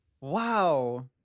Wow